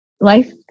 life